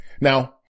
Now